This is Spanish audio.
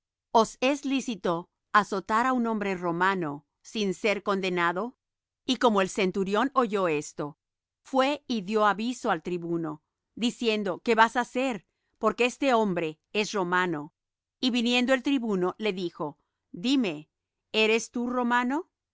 os es lícito azotar á un hombre romano sin ser condenado y como el centurión oyó esto fué y dió aviso al tribuno diciendo qué vas á hacer porque este hombre es romano y viniendo el tribuno le dijo dime eres tú romano